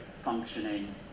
functioning